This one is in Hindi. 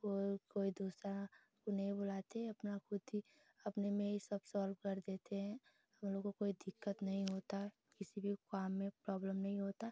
और कोई दूसरे को नहीं बुलाते अपना ख़ुद ही अपने में ही सब सॉल्व कर देते हैं हमलोगों को कोई दिक्कत नहीं होती किसी भी काम में प्रॉब्लम नहीं होती